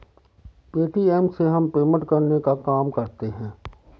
Paytm से हम payment करने का काम करते है